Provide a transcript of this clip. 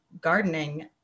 gardening